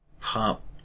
pop